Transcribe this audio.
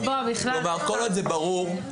מה זה זמן סביר?